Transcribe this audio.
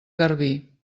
garbí